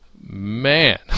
man